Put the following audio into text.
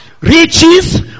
riches